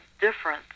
difference